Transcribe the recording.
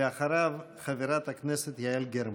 ואחריו, חברת הכנסת יעל גרמן.